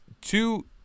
two